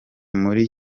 muri